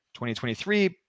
2023